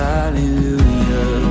Hallelujah